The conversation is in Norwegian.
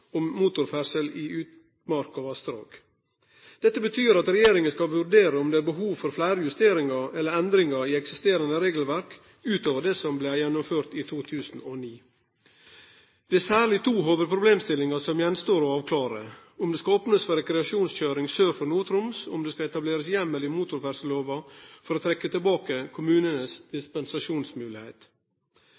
om motorferdsel i utmark og vassdrag. Dette betyr at regjeringa skal vurdere om det er behov for fleire justeringar eller endringar i eksisterande regelverk, utover det som blei gjennomført i 2009. Det er særleg to hovudproblemstillingar som det står att å avklare: om det skal opnast for rekreasjonskjøring sør for Nord-Troms, og om det skal etablerast heimel i motorferdsellova for å trekkje tilbake kommunanes